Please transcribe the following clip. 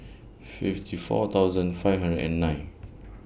fifty four thousand five hundred and nine